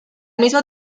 mismo